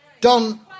Don